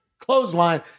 clothesline